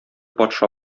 патша